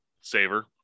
saver